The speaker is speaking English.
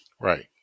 Right